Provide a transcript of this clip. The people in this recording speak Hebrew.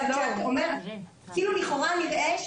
כאילו לכאורה נראה,